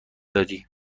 دادی